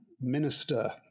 minister